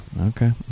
Okay